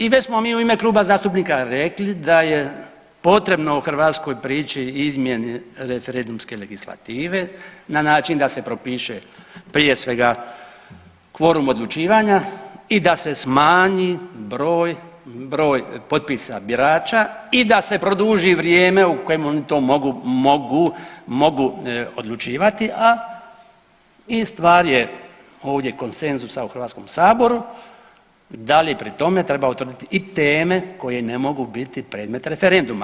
I već smo mi u ime kluba zastupnika rekli da je potrebno u Hrvatskoj prići izmjeni referendumske legislative na način da se propiše prije svega kvorum odlučivanja i da se smanji broj, broj potpisa birača i da se produži vrijeme u kojem oni to mogu, mogu, mogu odlučivati, a i stvar je ovdje konsenzusa u Hrvatskom saboru da li pri tome treba utvrditi i teme koje ne mogu biti predmet referenduma.